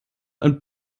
ein